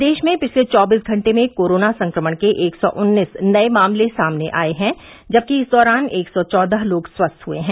प्रदेश में पिछले चौबीस घंटे में कोरोना संक्रमण के एक सौ उन्नीस नये मामले सामने आये हैं जबकि इस दौरान एक सौ चौदह लोग स्वस्थ हुए हैं